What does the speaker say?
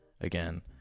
again